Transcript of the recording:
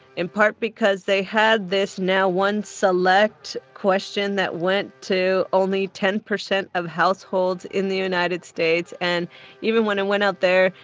in part because they had this now one select question that went to only ten percent of households in the united states and even when it and went out there,